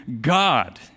God